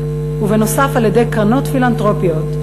ונוסף על כך על-ידי קרנות פילנתרופיות.